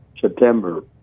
September